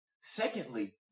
Secondly